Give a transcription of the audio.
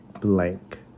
blank